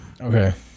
Okay